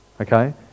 Okay